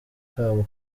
kabo